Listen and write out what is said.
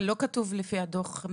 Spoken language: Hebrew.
אז זה שלושה שבועות או שלושה חודשים?